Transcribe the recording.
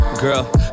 Girl